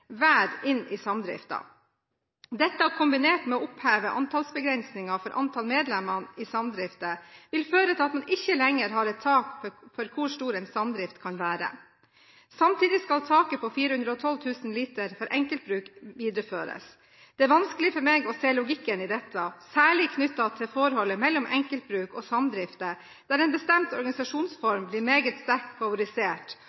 inn i samdriften. Dette, kombinert med å oppheve antallsbegrensningen for antall medlemmer i samdriftene, vil føre til at man ikke lenger har et tak for hvor stor en samdrift kan være. Samtidig skal taket på 412 000 liter for enkeltbruk videreføres. Det er vanskelig for meg å se logikken i dette, særlig knyttet til forholdet mellom enkeltbruk og samdrifter der en bestemt